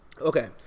Okay